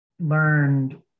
learned